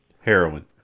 Heroin